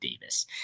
Davis